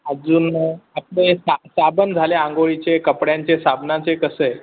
आजून आपले सा साबण झाले आंघोळीचे कपड्यांचे साबणाचे कसं आहे